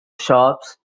shops